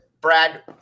Brad